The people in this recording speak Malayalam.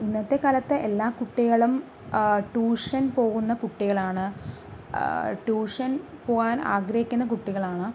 ഇന്നത്തെ കാലത്തെ എല്ലാ കുട്ടികളും ട്യൂഷൻ പോകുന്ന കുട്ടികളാണ് ട്യൂഷൻ പോകാൻ ആഗ്രഹിക്കുന്ന കുട്ടികളാണ്